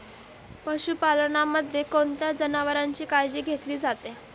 पशुपालनामध्ये कोणत्या जनावरांची काळजी घेतली जाते?